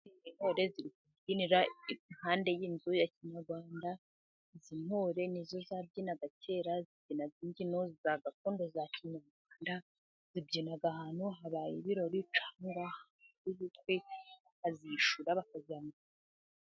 Intore ziri kubyinira impande y'inzu ya kinyarwanda, izi torere nizo uzabyina imbyino za gakondo za kinyarwanda, zibyina ahantu habaye ibirori, cyangwa mu bukwe, bakazishyura bakaziha amafaranga.